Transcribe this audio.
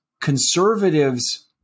conservatives